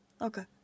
Okay